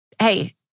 hey